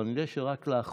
אבל אני יודע שרק לאחרונה,